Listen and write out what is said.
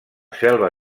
selva